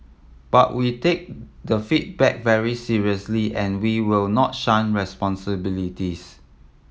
but we take the feedback very seriously and we will not shun responsibilities